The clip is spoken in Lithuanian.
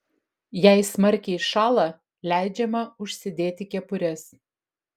jei smarkiai šąla leidžiama užsidėti kepures